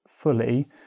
fully